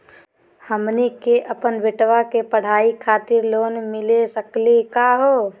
हमनी के अपन बेटवा के पढाई खातीर लोन मिली सकली का हो?